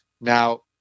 Now